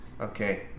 Okay